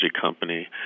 company